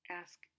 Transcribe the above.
ask